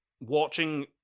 watching